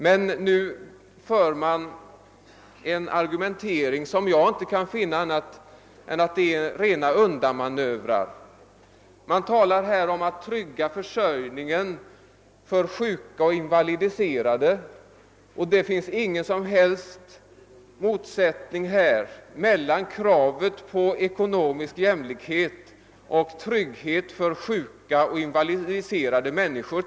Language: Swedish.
Men nu för man en argumentering, som innebär en ren undanmanöver. Man talar om att trygga försörjningen av sjuka och invalidiserade. Det finns ingen som helst motsättning mellan vårt krav på ekonomisk jämlikhet och kravet på trygghet för sjuka och invalidiserade människor.